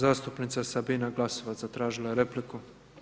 Zastupnica Sabina Glasovac zatražila je repliku.